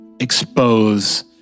expose